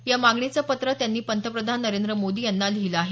या मागणीचं पत्र त्यांनी पंतप्रधान नरेंद्र मोदी यांनी लिहिलं आहे